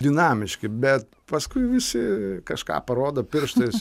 dinamiški bet paskui visi kažką parodo pirštais